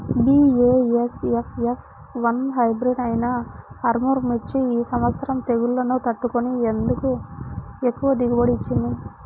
BASF F one hybrid అయినా ఆర్ముర్ మిర్చి ఈ సంవత్సరం తెగుళ్లును తట్టుకొని ఎందుకు ఎక్కువ దిగుబడి ఇచ్చింది?